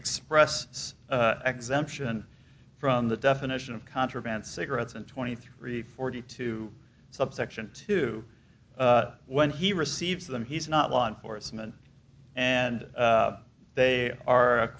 express exemption from the definition of contraband cigarettes and twenty three forty two subsection two when he receives them he's not law enforcement and they are